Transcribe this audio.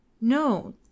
No